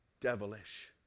devilish